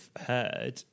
heard